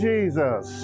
Jesus